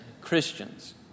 Christians